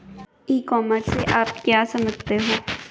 ई commerce से आप क्या समझते हो?